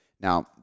Now